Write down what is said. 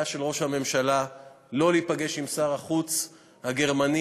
של ראש הממשלה שלא להיפגש עם שר החוץ הגרמני,